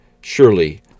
Surely